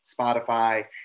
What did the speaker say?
Spotify